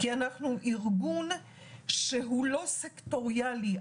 כי אנחנו ארגון לא סקטוריאלי.